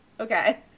Okay